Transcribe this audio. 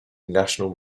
national